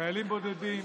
חיילים בודדים,